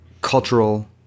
cultural